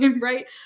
right